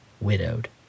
widowed